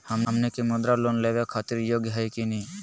हमनी के मुद्रा लोन लेवे खातीर योग्य हई की नही?